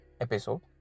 episode